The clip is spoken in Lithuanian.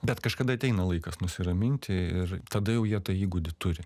bet kažkada ateina laikas nusiraminti ir tada jau jie tą įgūdį turi